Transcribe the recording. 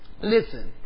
Listen